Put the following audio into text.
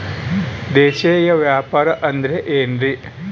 ದೇಶೇಯ ವ್ಯಾಪಾರ ಅಂದ್ರೆ ಏನ್ರಿ?